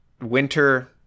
winter